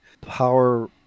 power